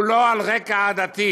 הן לא על רקע עדתי,